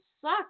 suck